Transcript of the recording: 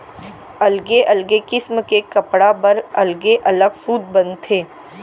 अलगे अलगे किसम के कपड़ा बर अलगे अलग सूत बनथे